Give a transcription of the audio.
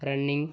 running